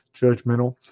judgmental